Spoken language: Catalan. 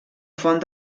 font